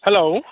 hello